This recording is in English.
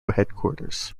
headquarters